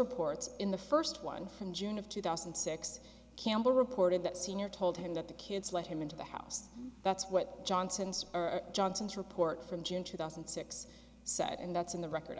reports in the first one in june of two thousand and six campbell reported that senior told him that the kids let him into the house that's what johnson or johnson's report from june two thousand and six said and that's in the record